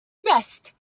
rest